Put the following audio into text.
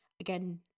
again